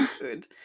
good